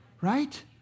Right